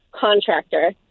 contractor